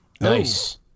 Nice